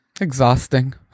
exhausting